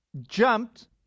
jumped